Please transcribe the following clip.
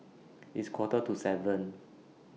its Quarter to seven